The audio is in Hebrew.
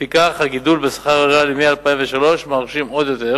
לפיכך, הגידול בשכר הריאלי מ-2003 מרשים עוד יותר